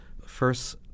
first